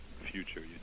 future